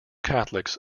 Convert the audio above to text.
catholics